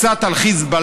קצת על חיזבאללה,